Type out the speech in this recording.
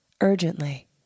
Urgently